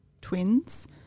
Twins